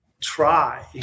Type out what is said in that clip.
try